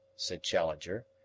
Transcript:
said challenger,